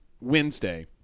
Wednesday